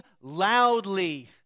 loudly